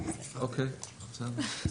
לפרסם,